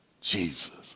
Jesus